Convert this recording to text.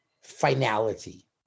finality